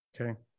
Okay